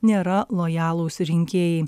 nėra lojalūs rinkėjai